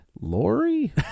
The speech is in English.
Lori